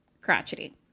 crotchety